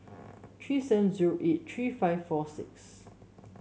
three seven zero eight three five four six